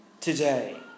today